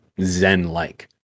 zen-like